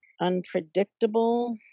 Unpredictable